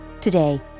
today